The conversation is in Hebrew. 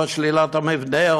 או שלילת המבנה,